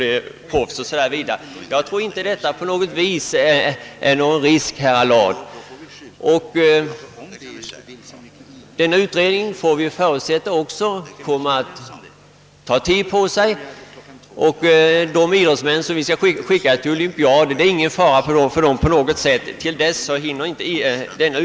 Vi får också förutsätta att utredningen kommer att ta tid på sig, och det är ingen fara för de idrottsmän som vi skall skicka till olympiaden — till dess blir utredningen inte färdig.